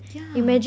yeah